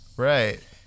Right